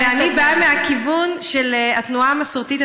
ואני באה מהכיוון של התנועה המסורתית,